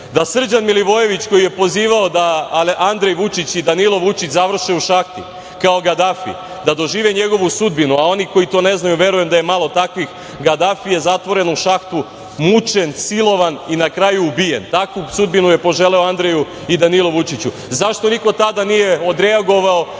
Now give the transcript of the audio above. da Srđan Milivojević, koji je pozivao da Andrej Vučić i Danilo Vučić završe u šahti kao Gadafi, da dožive njegovu sudbinu? A oni koji to ne znaju, a verujem da je malo takvih, Gadafi je zatvoren u šahtu, mučen, silovan i na kraju ubijen. Takvu sudbinu je poželeo Andreju i Danilu Vučiću.Zašto niko tada nije odreagovao